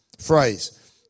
phrase